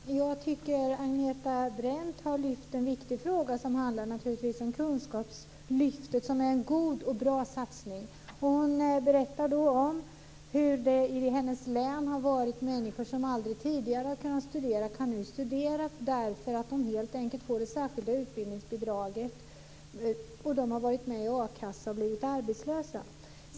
Fru talman! Jag tycker att Agneta Brendt har lyft fram en viktig fråga som handlar om kunskapslyftet, som är en god och bra satsning. Hon berättar om hur människor i hennes län som aldrig tidigare har kunnat studera nu kan studera därför att de helt enkelt får det särskilda utbildningsbidraget och att de har varit med i a-kassa och blivit arbetslösa.